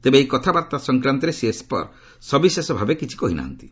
ତେବେ ଏହି କଥାବାର୍ତ୍ତା ସଂକ୍ରାନ୍ତରେ ଶ୍ରୀ ଏସ୍ପର ସବିଶେଷ ଭାବେ କିଛି କହି ନାହାନ୍ତି